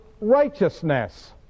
righteousness